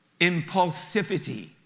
impulsivity